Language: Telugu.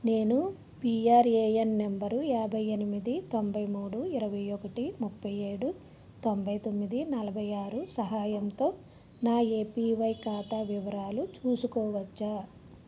నేను పిఆర్ఏఎన్ నెంబరు యాభై ఎనిమిది తొంభై మూడు ఇరవై ఒకటి ముప్పై ఏడు తొంబై తొమ్మిది నలబై ఆరు సహాయంతో నా ఏపివై ఖాతా వివరాలు చూసుకోవచ్చా